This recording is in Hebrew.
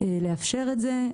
לאפשר את זה.